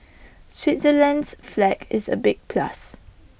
Switzerland's flag is A big plus